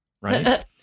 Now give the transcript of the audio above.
right